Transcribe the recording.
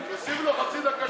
תוסיף לו חצי דקה שלי.